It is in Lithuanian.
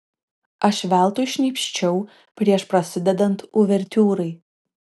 aš veltui šnypščiau prieš prasidedant uvertiūrai